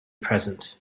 present